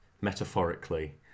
metaphorically